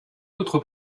autre